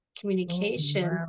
communication